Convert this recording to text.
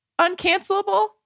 uncancelable